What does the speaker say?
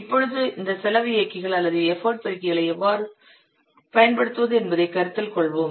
இப்பொழுது இந்த செலவு இயக்கிகள் அல்லது எஃபர்ட் பெருக்கிகளை எவ்வாறு பயன்படுத்துவது என்பதைக் கருத்தில் கொள்வோம்